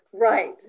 Right